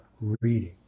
reading